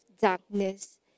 darkness